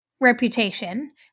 reputation